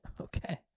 Okay